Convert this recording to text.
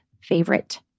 favorite